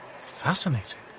Fascinating